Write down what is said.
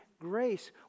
grace